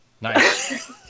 Nice